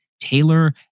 Taylor